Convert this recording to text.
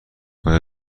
آیا